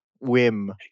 whim